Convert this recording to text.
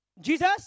Jesus